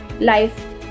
life